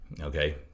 Okay